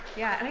yeah,